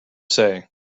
say